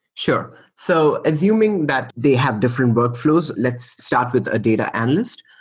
sure. so assuming that they have different workfl ow, let's start with a data analyst.